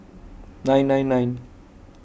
nine nine nine